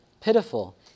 pitiful